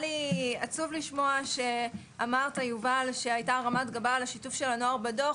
היה לי עצוב לשמוע שאמרת יובל שהייתה הרמת גבה על השיתוף של הנוער בדוח.